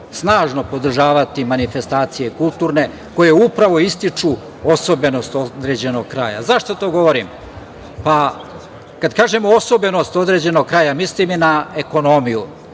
snažno podržavati manifestacije kulturne koje upravo ističu osobenost određenog kraja.Zašto to govorim? Kada kažemo osobenost određenog kraja mislim i na ekonomiju.